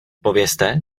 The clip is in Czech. povězte